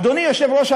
אדוני היושב-ראש,